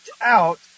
out